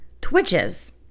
Twitches